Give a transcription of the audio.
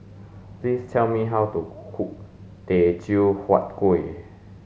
please tell me how to cook teochew huat kueh